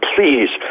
Please